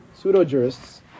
pseudo-jurists